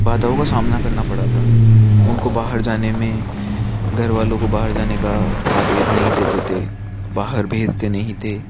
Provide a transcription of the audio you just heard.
बाधाओं का सामना करना पड़ा था उनको बाहर जाने में घरवालों को बाहर जाने का आदेश नहीं देते थे बाहर भेजते नहीं थे